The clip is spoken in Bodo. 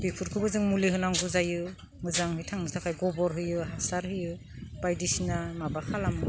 बेफोरखौबो जों मुलि होनांगौ जायो मोजाङै थांनो थाखाय गोबोर होयो हासार होयो बायदि सिना माबा खालामो